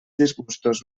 disgustos